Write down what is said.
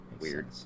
weird